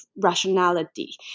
rationality